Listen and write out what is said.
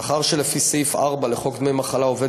מאחר שלפי סעיף 4 לחוק דמי מחלה עובד